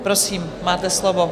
Prosím, máte slovo.